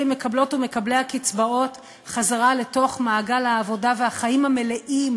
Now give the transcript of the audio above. מקבלות ומקבלי הקצבאות חזרה לתוך מעגל העבודה והחיים המלאים,